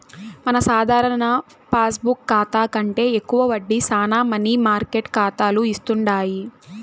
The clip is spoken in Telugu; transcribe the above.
మన సాధారణ పాస్బుక్ కాతా కంటే ఎక్కువ వడ్డీ శానా మనీ మార్కెట్ కాతాలు ఇస్తుండాయి